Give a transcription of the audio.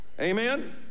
Amen